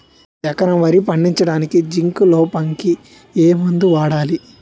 ఎకరం వరి పండించటానికి జింక్ లోపంకి ఏ మందు వాడాలి?